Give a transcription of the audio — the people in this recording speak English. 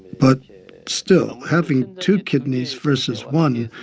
but still, having two kidneys versus one,